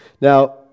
Now